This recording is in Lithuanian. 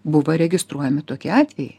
buvo registruojami tokie atvejai